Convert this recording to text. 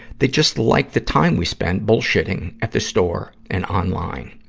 they just liked the time we spend bullshitting at the store and online.